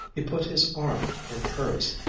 he put his arm in hers,